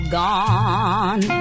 gone